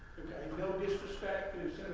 no disrespect